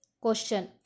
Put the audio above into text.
Question